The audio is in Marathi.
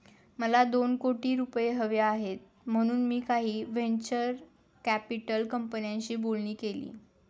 मला दोन कोटी रुपये हवे आहेत म्हणून मी काही व्हेंचर कॅपिटल कंपन्यांशी बोलणी केली